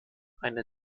eine